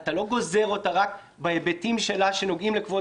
אתה לא גוזר אותה רק בהיבטים שלה שנוגעים לכבוד